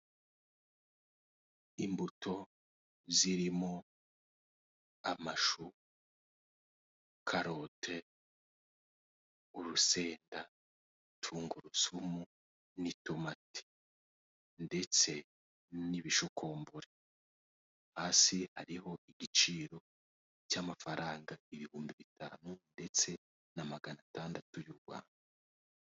Imbuto zirimo amashu, karote, urusenda, tungurusumu n'itomati ndetse n'ibishukomburi hasi hariho igiciro cy'amafaranga ibihumbi bitanu ndetse na maganatandatu y'u Rwanda.